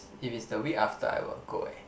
if it's the week after I will go eh